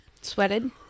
Sweated